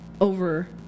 over